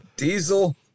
Diesel